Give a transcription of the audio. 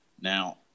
Now